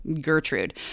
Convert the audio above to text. Gertrude